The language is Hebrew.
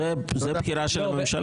זו בחירה של הממשלה.